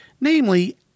namely